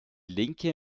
linke